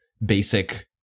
basic